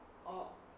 orh